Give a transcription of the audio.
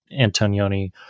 Antonioni